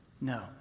No